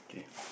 okay